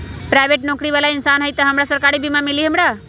Private नौकरी बाला इंसान हई त हमरा सरकारी बीमा मिली हमरा?